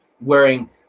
wearing